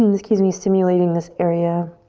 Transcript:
excuse me, stimulating this area